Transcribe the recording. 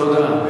תודה.